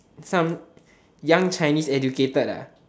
some young chinese educated ah